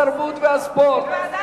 התרבות והספורט.